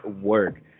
work